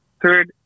third